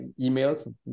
emails